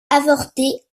avorté